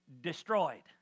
Destroyed